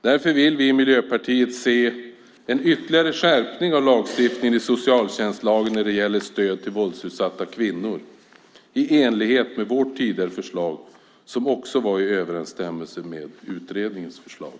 Därför vill vi i Miljöpartiet se en ytterligare skärpning av lagstiftningen i socialtjänstlagen när det gäller stöd till våldsutsatta kvinnor i enlighet med vårt tidigare förslag som var i överensstämmelse med utredningens förslag.